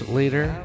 later